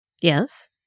Yes